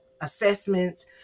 assessments